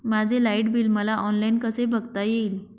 माझे light bill मला online कसे बघता येईल?